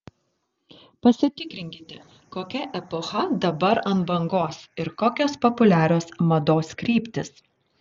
pasitikrinkite kokia epocha dabar ant bangos ir kokios populiarios mados kryptys